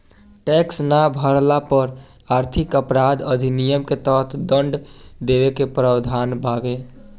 tax ना भरला पर आर्थिक अपराध अधिनियम के तहत दंड देवे के प्रावधान बावे